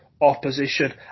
opposition